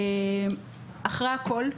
אחרי הכול,